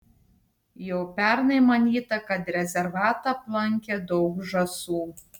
jau pernai manyta kad rezervatą aplankė daug žąsų